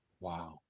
Wow